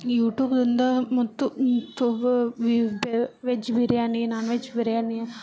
ಯೂಟೂಬಿಂದ ಮತ್ತು veg biryani non veg biryani